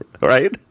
right